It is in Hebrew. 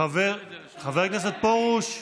חבר הכנסת פרוש,